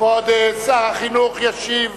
כבוד שר החינוך ישיב